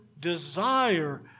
desire